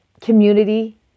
community